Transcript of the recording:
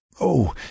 Oh